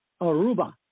Aruba